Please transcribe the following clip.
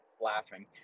laughing